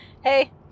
Hey